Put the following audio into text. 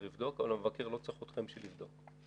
יבדוק אבל המבקר לא צריך אתכם בשביל לבדוק.